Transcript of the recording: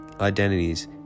identities